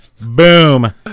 Boom